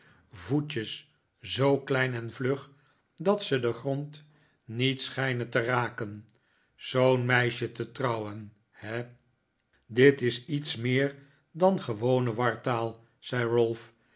voetjes zoo klein en vlug dat ze den grond niet schijnen te raken zoo'n meisje te trouwen he dit is iets meer dan gewone wartaal zei ralph